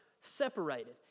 Separated